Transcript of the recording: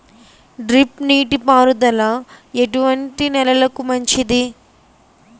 Drip నీటి పారుదల ఎటువంటి నెలలకు మంచిది?